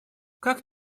как